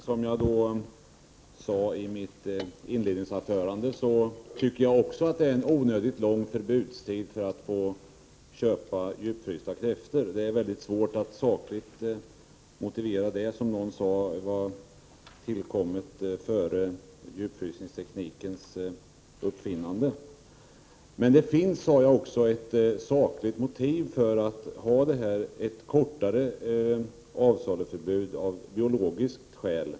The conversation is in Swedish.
Herr talman! Som jag sade i mitt inledningsanförande tycker jag också att förbudstiden när det gäller djupfrysta kräftor är onödigt lång. Det är mycket svårt att finna någon saklig grund till detta, som någon sade var tillkommet före djupfrysningsteknikens uppfinnande. Det är dock av biologiska skäl sakligt motiverat att ha ett kortare avsaluförbud.